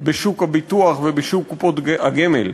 בשוק הביטוח ובשוק קופות הגמל.